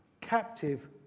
captive